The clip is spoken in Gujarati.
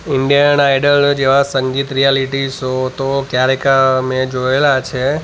ઇંડિયન આઇડલો જેવા સંગીત રિયાલિટી શો તો ક્યારેક મેં જોયેલા છે